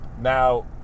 Now